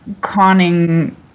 conning